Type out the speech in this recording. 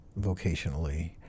vocationally